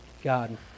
God